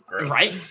Right